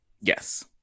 Yes